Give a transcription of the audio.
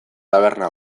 taberna